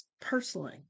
personally